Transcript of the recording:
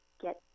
get